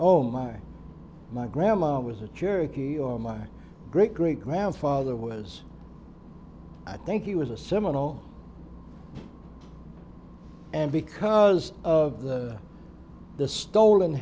oh my my grandma was a cherokee or my great great grandfather was i think it was a seminal and because of the the stolen